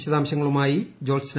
വിശദാംശങ്ങളുമായി ജോത്സന